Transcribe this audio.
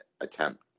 attempt